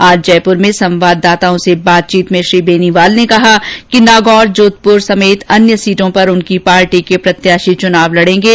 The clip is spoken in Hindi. आज जयपूर में संवादाताओं से बातचीत में श्री बेनीवाल ने कहा कि नागौर जोधपुर समेत अन्य सीटों पर उनकी पार्टी के प्रत्याशी चुनाव लडेंगे